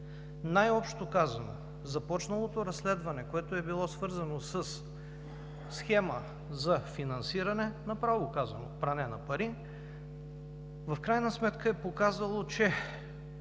Най-общо казано започналото разследване, което е било свързано със схема за финансиране – направо казано пране на пари, в крайна сметка е показало, че